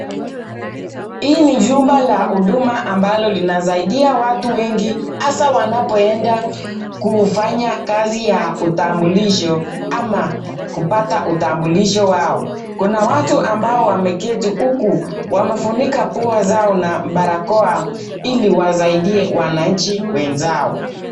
Hii ni jumba la huduma ambalo linasaidia watu wengi hasa wanapoenda kufanya kazi ya utambulisho ama kupata utambulisho wao. Kuna watu ambao wameketi huku wamefunika pua zao na barakoa ili wasaidie wananchi wenzao.